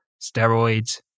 steroids